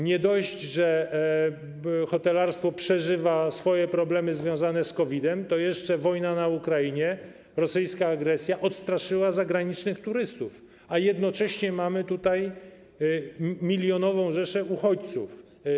Nie dość, że hotelarstwo przeżywa swoje problemy związane z COVID, to jeszcze wojna na Ukrainie, rosyjska agresja odstraszyły zagranicznych turystów, a jednocześnie mamy tu milionową rzeszę uchodźców.